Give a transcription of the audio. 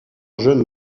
jeunes